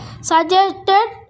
suggested